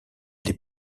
les